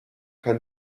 kann